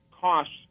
costs